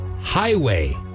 Highway